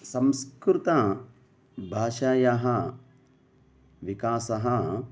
संस्कृतं भाषायाः विकासः